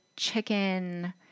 chicken